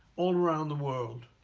all around the world.